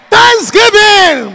Thanksgiving